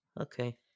okay